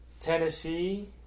Tennessee